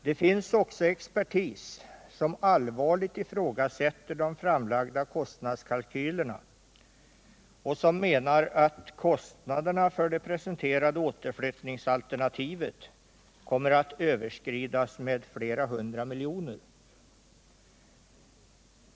Det finns också experter som allvarligt ifrågasätter de framlagda kostnadskalkylerna och som menar att kostnaderna för det presenterade återflyttningsalternativet kommer att överskridas med flera hundra miljoner.